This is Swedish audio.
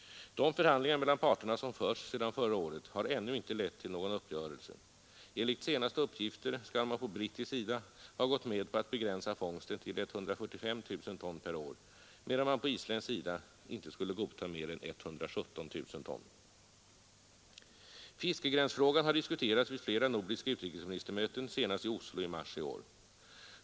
De förhandlingar mellan parterna som förts sedan förra året har ännu inte lett till någon uppgörelse. Enligt senaste uppgifter skall man på brittisk sida ha gått med på att begränsa fångsten till 145 000 ton per år medan man på isländsk sida inte skulle godtaga mer än 117 000 ton. Fiskegränsfrågan har diskuterats vid flera nordiska utrikesministermöten, senast i Oslo i mars i år.